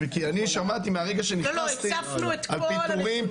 כי אני שמעתי מהרגע שנכנסתי על פיטורים,